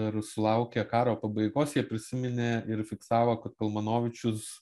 ir sulaukė karo pabaigos jie prisiminė ir fiksavo kad kalmanovičius